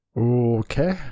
Okay